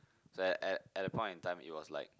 so at at at the point and time it was like